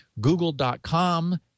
Google.com